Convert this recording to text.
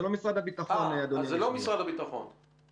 זה לא ממשרד הביטחון, אדוני היושב-ראש.